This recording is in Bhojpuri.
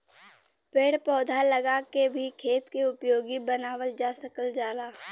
पेड़ पौधा लगा के भी खेत के उपयोगी बनावल जा सकल जाला